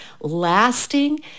lasting